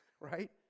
right